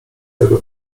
tego